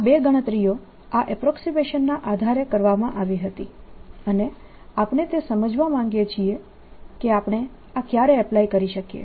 આ બે ગણતરીઓ આ અપ્રોક્સીમેશન ના આધારે કરવામાં આવી હતી અને આપણે તે સમજવા માંગીએ છીએ કે આપણે આ ક્યારે એપ્લાય કરી શકીએ